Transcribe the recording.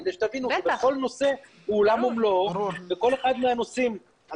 כדי שתבינו שכל נושא הוא עולם ומלואו וכל אחד מהנושאים אני